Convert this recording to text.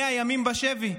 100 ימים בשבי.